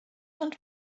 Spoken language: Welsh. ond